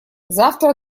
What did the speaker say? завтра